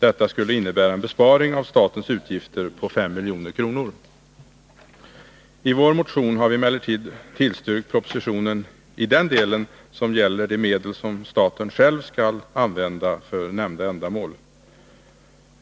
Detta skulle innebära en besparing av statens utgifter på 5 milj.kr. I vår motion har vi emellertid tillstyrkt propositionen i den del som gäller de medel som staten själv skall använda för nämnda ändamål.